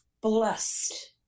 blessed